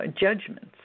judgments